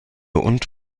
und